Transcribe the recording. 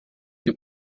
que